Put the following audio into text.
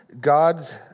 God's